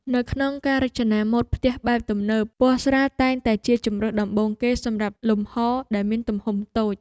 នៅក្នុងការរចនាម៉ូដផ្ទះបែបទំនើបពណ៌ស្រាលតែងតែជាជម្រើសដំបូងគេសម្រាប់លំហរដែលមានទំហំតូច។